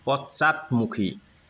পশ্চাদমুখী